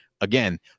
again